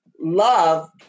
love